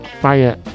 fire